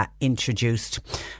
introduced